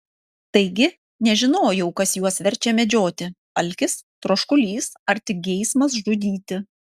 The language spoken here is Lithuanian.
taigi nežinojau kas juos verčia medžioti alkis troškulys ar tik geismas žudyti